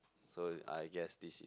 so I guess this is